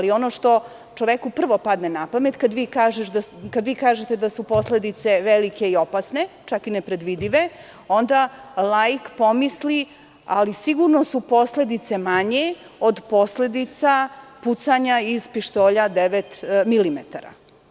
Ono što čoveku prvo padne na pamet, kada vi kažete da su posledice velike i opasne, čak i nepredvidive, onda laik pomisli – sigurno su posledice manje od posledica pucanja iz pištolja devet milimetara.